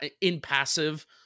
impassive